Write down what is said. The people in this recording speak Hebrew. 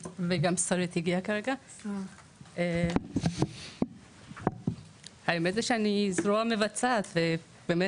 ליימן, האמת היא שאני זרוע מבצעת ומה